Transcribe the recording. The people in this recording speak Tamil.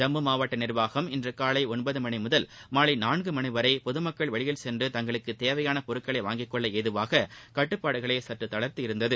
ஜம்மு மாவட்ட நிர்வாகம் இன்று காலை ஒன்பது மணி முதல் மாலை நான்குமணி வரை பொதுமக்கள் வெளியில் சென்று தங்களுக்கு தேவையான பொருட்களை வாங்கி கொள்ள ஏதுவாக கட்டுப்பாடுகளை சற்று தளர்த்தியிருந்தது